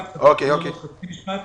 עוד חצי משפט